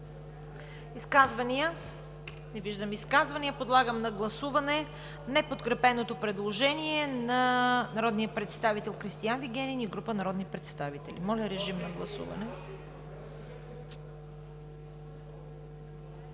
Изказвания? Не виждам изказвания. Подлагам на гласуване неподкрепеното предложение на народния представител Кристиан Вигенин и група народни представители. Гласували